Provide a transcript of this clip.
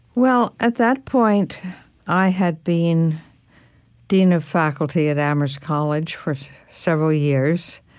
well, at that point i had been dean of faculty at amherst college for several years,